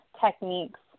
techniques